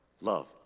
Love